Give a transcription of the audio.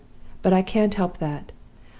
but i can't help that.